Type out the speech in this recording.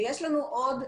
ויש לנו עשרות,